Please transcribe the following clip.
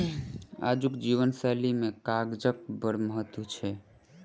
आजुक जीवन शैली मे कागजक बड़ महत्व छै